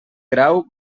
grau